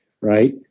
right